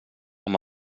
amb